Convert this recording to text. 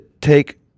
take